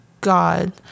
God